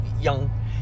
young